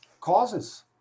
causes